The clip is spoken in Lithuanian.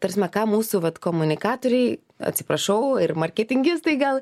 ta prasme ką mūsų vat komunikatoriai atsiprašau ir marketingistai gal